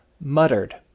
muttered